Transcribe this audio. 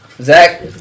Zach